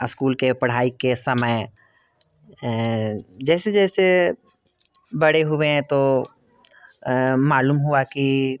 school की पढ़ाई के समय जैसे जैसे बड़े हुए हैं तो मालूम हुआ कि